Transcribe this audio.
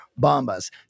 Bombas